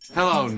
Hello